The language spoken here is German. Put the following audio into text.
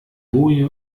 boje